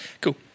Cool